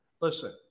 Listen